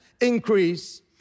increase